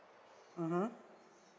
mmhmm